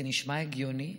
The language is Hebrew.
זה נשמע הגיוני?